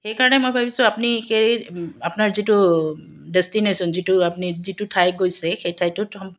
সেইকাৰণে মই ভাবিছোঁ আপুনি সেই আপোনাৰ যিটো ডেষ্টিনেশ্যন যিটো আপুনি যিটো ঠাই গৈছে সেই ঠাইটোত